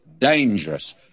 dangerous